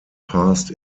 passed